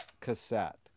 cassette